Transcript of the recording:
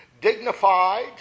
dignified